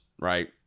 right